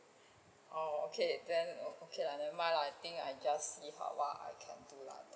oh okay then okay lah never mind lah I think I just see what I can do lah